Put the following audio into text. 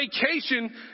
vacation